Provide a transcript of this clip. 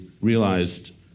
realized